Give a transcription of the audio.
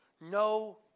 no